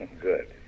Good